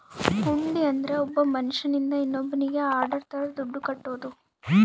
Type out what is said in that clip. ಹುಂಡಿ ಅಂದ್ರ ಒಬ್ಬ ಮನ್ಶ್ಯನಿಂದ ಇನ್ನೋನ್ನಿಗೆ ಆರ್ಡರ್ ತರ ದುಡ್ಡು ಕಟ್ಟೋದು